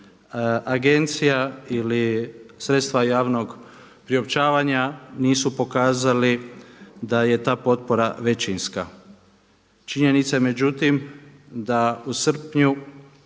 agencija ili sredstva javnog priopćavanja nisu pokazali da je ta potpora većinska. Činjenica je međutim da u srpnju